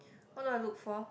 what do I look for